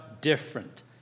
different